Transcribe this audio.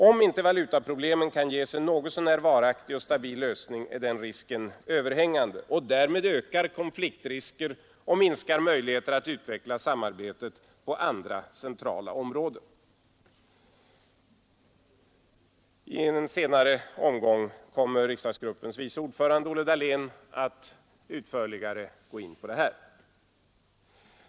Om inte valutaproblemen kan ges en något så när varaktig och stabil lösning är den risken överhängande, och därmed ökar konfliktriskerna och minskar möjligheterna att utveckla samarbetet på andra centrala områden. — I en senare omgång kommer riksdagsgruppens vice ordförande Olle Dahlén att utförligare gå in på detta.